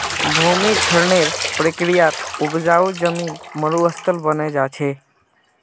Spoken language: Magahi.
भूमि क्षरनेर प्रक्रियात उपजाऊ जमीन मरुस्थल बने जा छे